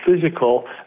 physical